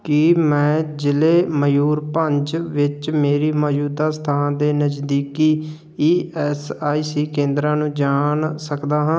ਕੀ ਮੈਂ ਜ਼ਿਲ੍ਹੇ ਮਯੂਰਭੰਜ ਵਿੱਚ ਮੇਰੀ ਮੌਜੂਦਾ ਸਥਾਨ ਦੇ ਨਜ਼ਦੀਕੀ ਈ ਐਸ ਆਈ ਸੀ ਕੇਂਦਰਾਂ ਨੂੰ ਜਾਣ ਸਕਦਾ ਹਾਂ